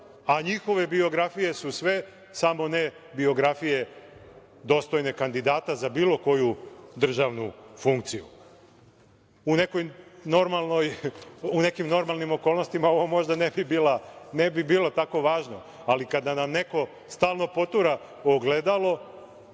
a njihove biografije su sve samo ne biografije dostojne kandidata za bilo koju državnu funkciju.U nekim normalnim okolnostima ovo možda ne bi bilo tako važno, ali kada nam neko stalno potura ogledalo,